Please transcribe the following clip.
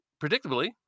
predictably